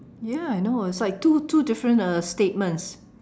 ya I know it's like two two different uh statements